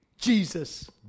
Jesus